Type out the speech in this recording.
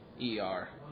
E-R